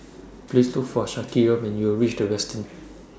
Please Look For Shaniqua when YOU REACH The Westin